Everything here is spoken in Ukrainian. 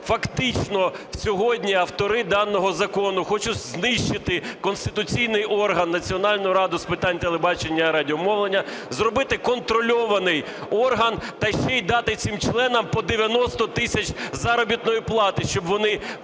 фактично сьогодні автори даного закону хочуть знищити конституційний орган Національну раду з питань телебачення і радіомовлення, зробити контрольований орган та ще й дати цим членам по 90 тисяч заробітної плати, щоб вони